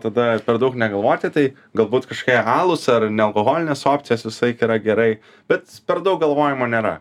tada per daug negalvoti tai galbūt kažkokie alūs ar nealkoholinės opcijas visąlaik yra gerai bet per daug galvojimo nėra